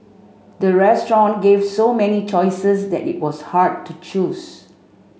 the restaurant gave so many choices that it was hard to choose